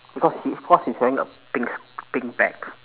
because he of course he's wearing a pink s~ pink bag